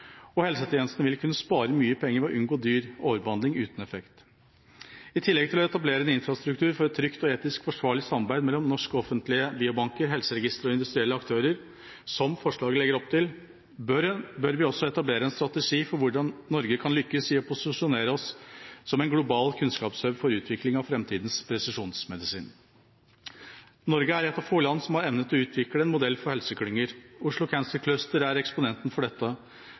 og helsetjenesten vil kunne spare mye penger ved å unngå dyr overbehandling uten effekt. I tillegg til å etablere en infrastruktur for et trygt og etisk forsvarlig samarbeid mellom norske offentlige biobanker, helseregistre og industrielle aktører – som forslaget legger opp til – bør vi også etablere en strategi for hvordan Norge kan lykkes i å posisjonere seg som en global kunnskapshub for utvikling av framtidens presisjonsmedisin. Norge er et av få land som har evnet å utvikle en modell for helseklynger. Oslo Cancer Cluster er eksponenten for dette.